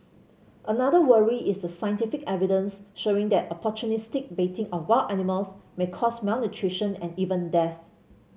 another worry is the scientific evidence showing that opportunistic baiting of wild animals may cause malnutrition and even death